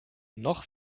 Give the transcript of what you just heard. noch